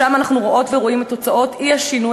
שם אנחנו רואות ורואים את תוצאות אי-שינוי